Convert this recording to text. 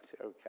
Okay